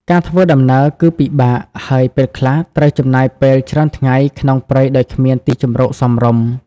ការធ្វើដំណើរគឺពិបាក ហើយពេលខ្លះត្រូវចំណាយពេលច្រើនថ្ងៃក្នុងព្រៃដោយគ្មានទីជម្រកសមរម្យ។